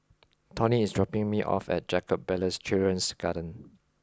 Tony is dropping me off at Jacob Ballas Children's Garden